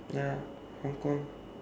ya hong kong